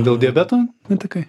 dėl diabeto netekai